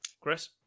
Chris